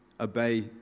obey